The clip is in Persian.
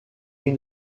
این